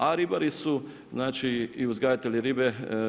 A ribari su i uzgajatelji ribe.